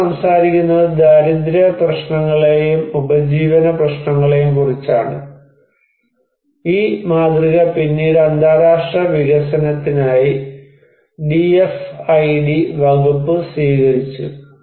അവർ സംസാരിക്കുന്നത് ദാരിദ്ര്യ പ്രശ്നങ്ങളെയും ഉപജീവന പ്രശ്നങ്ങളെയും കുറിച്ചാണ് ഈ മാതൃക പിന്നീട് അന്താരാഷ്ട്ര വികസനത്തിനായി ഡിഎഫ്ഐഡി വകുപ്പ് സ്വീകരിച്ചു